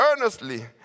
earnestly